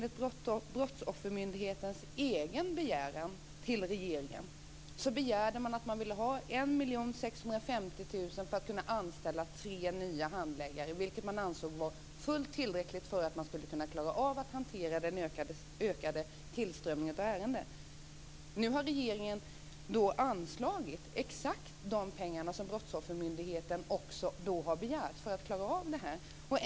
I Brottsoffermyndighetens egen begäran till regeringen sade man också att man ville ha 1 650 000 kronor för att kunna anställa tre nya handläggare, vilket man ansåg vara fullt tillräckligt för att klara av att hantera den ökade tillströmningen av ärenden. Nu har regeringen anslagit exakt de pengar som Brottsoffermyndigheten begärt för att klara av det här.